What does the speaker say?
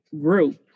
group